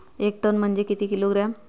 एक टन म्हनजे किती किलोग्रॅम?